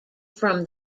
from